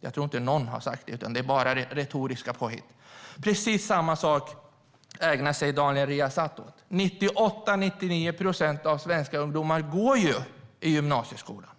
Jag tror inte att någon har sagt så, utan det är bara retoriska poäng. Precis samma sak ägnar sig Daniel Riazat åt. 98-99 procent av svenska ungdomar går i gymnasieskolan.